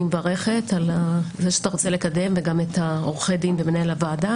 אני מברכת על זה שאתה רוצה לקדם וגם את עורכי הדין וכול הצוות